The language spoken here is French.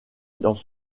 dans